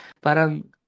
Parang